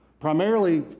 primarily